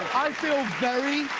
i feel very,